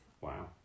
Wow